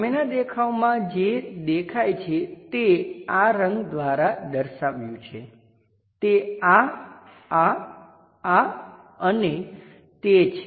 સામેના દેખાવમાં જે દેખાય છે તે આ રંગ દ્વારા દર્શાવ્યું છે તે આ આ આ અને તે છે